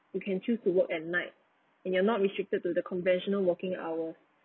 you can choose to work at night and you are not restricted to the conventional working hours